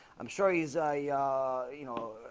i'm sure he's a you know